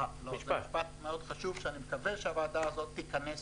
משפט חשוב אני מקווה שהוועדה הזו תיכנס